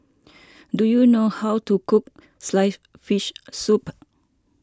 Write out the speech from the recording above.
do you know how to cook Sliced Fish Soup